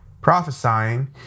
prophesying